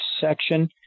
section